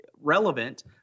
relevant